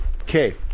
okay